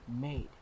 made